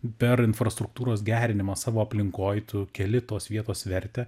per infrastruktūros gerinimą savo aplinkoj tu keli tos vietos vertę